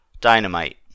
Dynamite